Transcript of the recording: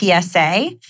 PSA